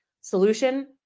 solution